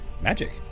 Magic